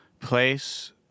place